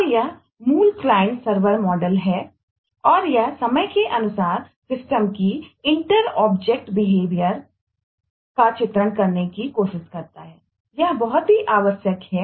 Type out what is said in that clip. और यह एक मूल क्लाइंट सर्वर मॉडल है है